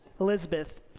Elizabeth